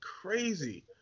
crazy